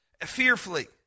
fearfully